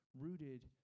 rooted